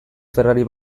ferrari